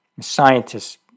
scientists